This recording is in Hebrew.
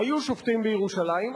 היו שופטים בירושלים,